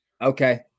Okay